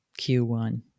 Q1